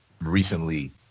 recently